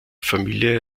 familie